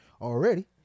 already